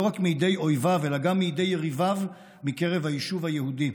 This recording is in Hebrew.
לא רק מידי אויביו אלא גם מידי יריביו מקרב היישוב היהודי.